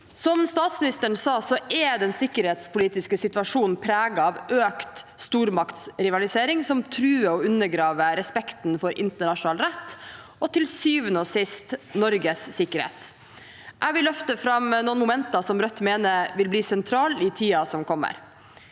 Som statsministeren sa, er den sikkerhetspolitiske situasjonen preget av økt stormaktsrivalisering, som truer og undergraver respekten for internasjonal rett og til syvende og sist Norges sikkerhet. Jeg vil løfte fram noen momenter som Rødt mener vil bli sentrale i tiden som kommer.